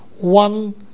one